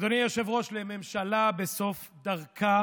אדוני היושב-ראש, לממשלה בסוף דרכה